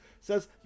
says